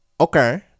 okay